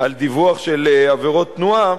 על דיווח של עבירות תנועה,